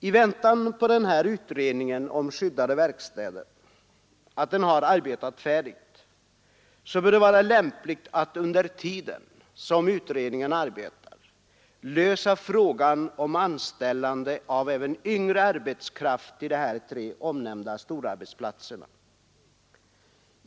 I väntan på att den här utredningen om skyddade verkstäder arbetat färdigt bör det vara lämpligt att, under tiden som utredningen arbetar, lösa frågan om anställande av även yngre arbetskraft till de här tre omnämnda storarbetsplatserna.